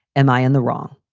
am i in the wrong.